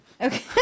Okay